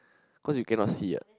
cause you cannot see ah